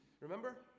Remember